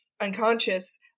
unconscious